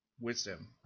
wisdom